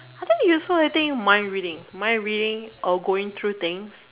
I think you saw I think mind reading mind reading or going through things